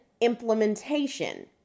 implementation